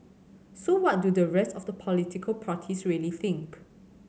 so what do the rest of the political parties really think